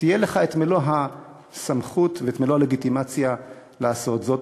יהיו לך מלוא הסמכות ומלוא הלגיטימציה לעשות זאת.